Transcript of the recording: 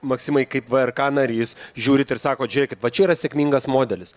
maksimai kaip vrk narys žiūrit ir sakot žiūrėkit va čia yra sėkmingas modelis